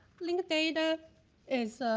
link data is